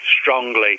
strongly